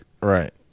right